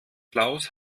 klaus